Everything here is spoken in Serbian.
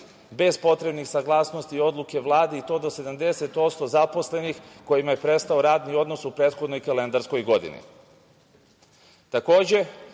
bez potrebnih saglasnosti, odluke Vlade, i to do 70% zaposlenih kojima je prestao radni odnos u prethodnoj kalendarskoj godini. Takođe,